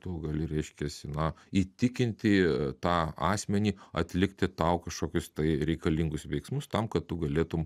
tu gali reiškiasi na įtikinti tą asmenį atlikti tau kažkokius tai reikalingus veiksmus tam kad tu galėtum